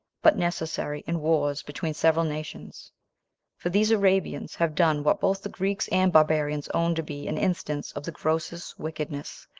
but necessary, in wars between several nations for these arabians have done what both the greeks and barbarians own to be an instance of the grossest wickedness,